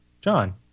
John